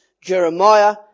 Jeremiah